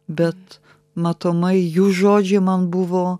bet matomai jų žodžiai man buvo